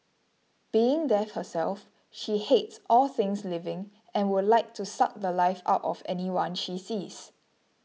being death herself she hates all things living and would like to suck the Life out of anyone she sees